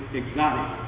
exotic